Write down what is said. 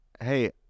hey